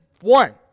one